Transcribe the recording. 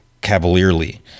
cavalierly